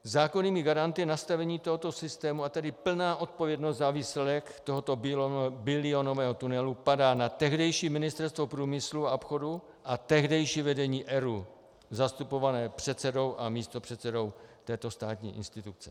Zákonnými garanty nastavení tohoto systému, a tedy plná odpovědnost za výsledek tohoto bilionového tunelu padá na tehdejší Ministerstvo průmyslu a obchodu a tehdejší vedení ERÚ zastupované předsedou a místopředsedou této státní instituce.